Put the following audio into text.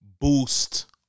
boost